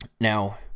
now